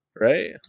Right